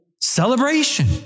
Celebration